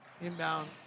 Inbound